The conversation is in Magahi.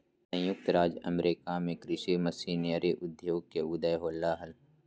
संयुक्त राज्य अमेरिका में कृषि मशीनरी उद्योग के उदय होलय हल